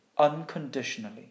unconditionally